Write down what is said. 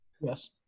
Yes